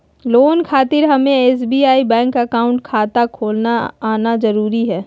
Loan खातिर हमें SBI bank account खाता खोल आना जरूरी है?